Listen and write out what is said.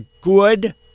good